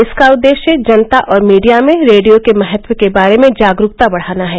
इसका उद्देश्य जनता और मीडिया में रेडियो के महत्व के बारे में जागरूकता बढ़ाना है